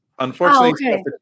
Unfortunately